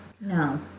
No